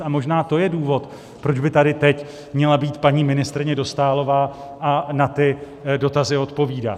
A možná to je důvod, proč by tady teď měla být paní ministryně Dostálová a na ty dotazy odpovídat.